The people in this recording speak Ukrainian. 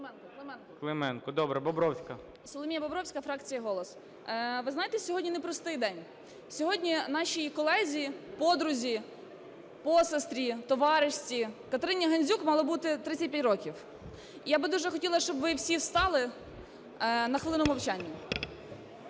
Соломія Бобровська, фракція "Голос". Ви знаєте, сьогодні не простий день, сьогодні нашій колезі, подрузі, посестрі, товаришці Катерині Гандзюк мало бути 35 років. Я би дуже хотіла, щоб ви всі встали на хвилину мовчання.